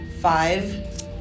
five